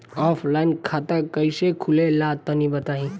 Offline खाता कइसे खुले ला तनि बताई?